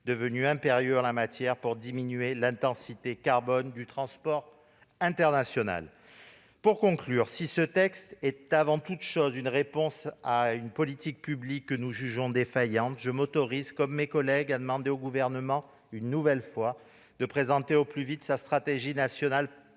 devenus impérieux en la matière, pour diminuer l'intensité carbone du transport international. Pour conclure, si ce texte est avant tout une réponse à une politique publique que nous jugeons défaillante, je m'autorise, comme mes collègues, à demander au Gouvernement, une nouvelle fois, de présenter au plus vite sa stratégie nationale portuaire,